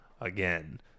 again